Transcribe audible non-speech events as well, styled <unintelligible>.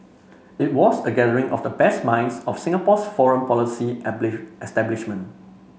it was a gathering of the best minds of Singapore's foreign policy <unintelligible> establishment